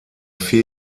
vier